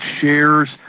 shares